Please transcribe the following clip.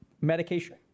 Medication